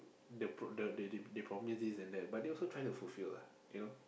the pro~ the the they they promise this and that but they also trying to fulfill lah you know